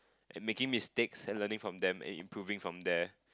and making mistakes and learning from them and improving from there